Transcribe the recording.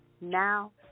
now